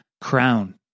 crown